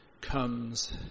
comes